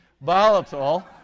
Volatile